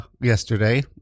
yesterday